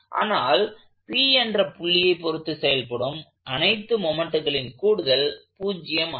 ஆனால் P என்ற புள்ளியை பொருத்து செயல்படும் அனைத்து மொமெண்ட்களின் கூடுதல் 0 அல்ல